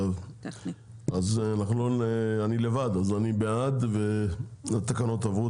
אני לבד, אז התקנות עברו.